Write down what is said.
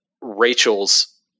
Rachel's